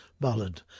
ballad